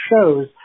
shows